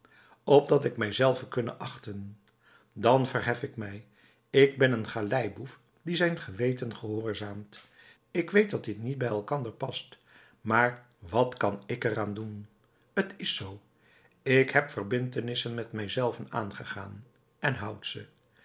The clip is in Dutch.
opdat ik mij zelven kunne achten dan verhef ik mij ik ben een galeiboef die zijn geweten gehoorzaamt ik weet dat dit niet bij elkander past maar wat kan ik er aan doen t is z ik heb verbintenissen met mij zelven aangegaan en houd ze